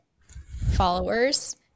followers